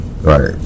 Right